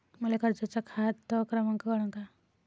मले कर्जाचा खात क्रमांक कळन का?